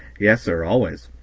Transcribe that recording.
yes, sir, always.